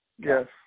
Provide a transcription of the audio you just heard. yes